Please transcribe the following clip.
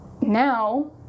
Now